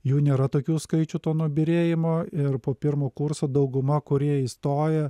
jų nėra tokių skaičių to nubyrėjimo ir po pirmo kurso dauguma kurie įstoja